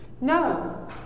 No